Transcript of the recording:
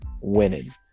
winning